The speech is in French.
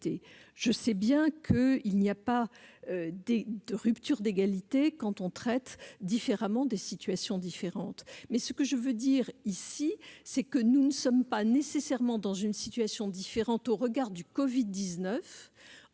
Je sais bien qu'il n'y a pas de rupture d'égalité quand on traite différemment des situations différentes, mais je veux dire ici que nous ne sommes pas nécessairement dans une situation différente au regard du Covid-19,